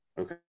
Okay